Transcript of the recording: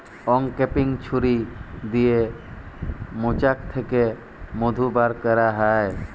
uncapping ছুরি দিয়ে মোচাক থ্যাকে মধু ব্যার ক্যারা হয়